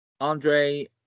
Andre